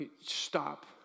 Stop